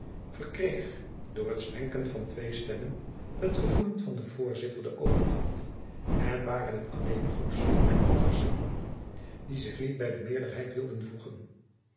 verkreeg door het zwenken van twee stemmen het gevoelen van den voorzitter de oorzitter de overhand en waren het alleen goes en ockerse die zich niet by de meerderheid wilden voegen